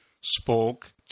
spoke